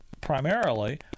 primarily